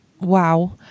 wow